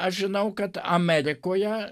aš žinau kad amerikoje